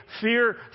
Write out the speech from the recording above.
fear